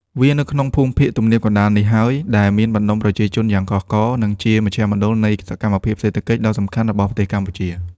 វានៅក្នុងភូមិភាគទំនាបកណ្ដាលនេះហើយ ដែលមានបណ្ដុំប្រជាជនយ៉ាងកុះករ និងជាមជ្ឈមណ្ឌលនៃសកម្មភាពសេដ្ឋកិច្ចដ៏សំខាន់របស់ប្រទេសកម្ពុជា។